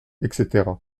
etc